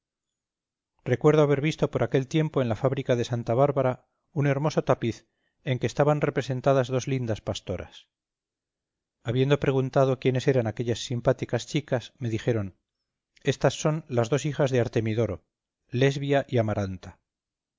recuerdo haber visto por aquel tiempo en la fábrica de santa bárbara un hermoso tapiz en que estaban representadas dos lindas pastoras habiendo preguntado quiénes eran aquellas simpáticas chicas me dijeron estas son las dos hijas de artemidoro lesbia y amaranta